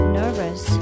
nervous